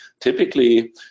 typically